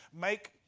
make